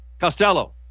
Costello